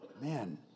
man